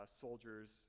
soldiers